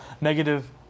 negative